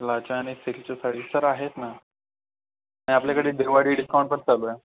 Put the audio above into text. लाछा आणि सिल्कच्या साडी सर आहेत ना आणि आपल्याकडे दिवाळी डिस्काउंट पण चालू आहे